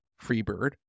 Freebird